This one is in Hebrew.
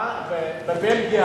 בבלגיה,